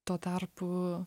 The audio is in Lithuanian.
tuo tarpu